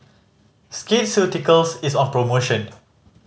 Skin Ceuticals is on promotion